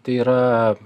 tai yra